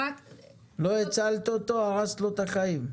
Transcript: לא הצלת אותו, הרסת לו את החיים.